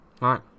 Right